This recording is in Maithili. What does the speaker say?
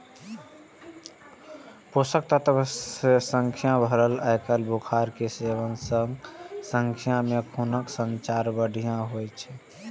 पोषक तत्व सं भरल आलू बुखारा के सेवन सं शरीर मे खूनक संचार बढ़िया होइ छै